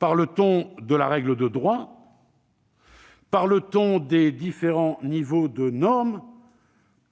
S'agit-il de la règle de droit ? S'agit-il des différents niveaux de normes ?